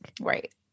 Right